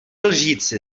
lžíci